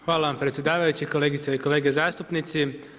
Hvala vam predsjedavajući, kolegice i kolege zastupnici.